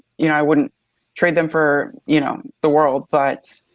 you know i wouldn't trade them for you know, the world, but